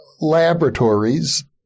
laboratories